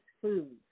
foods